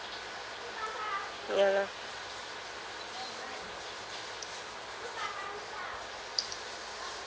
ya lah